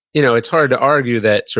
you know it's hard to argue that, so